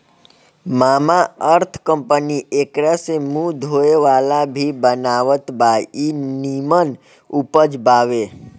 Mamaearth company एकरा से मुंह धोए वाला भी बनावत बा इ निमन उपज बावे